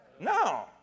No